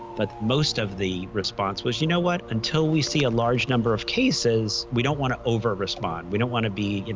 but most of the response was, you know what? until we see a large number of cases, we don't want to overrespond. we don't want to be, you know,